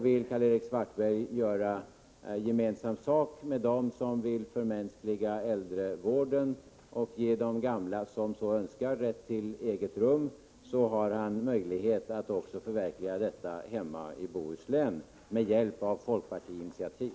Vill Karl-Erik Svartberg göra gemensam sak med dem som vill förmänskliga äldrevården och ge de gamla som så önskar rätt till eget rum, har han möjlighet att förverkliga detta hemma i Bohuslän med hjälp av ett folkpartiinitiativ.